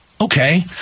okay